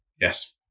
yes